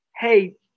hey